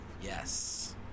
yes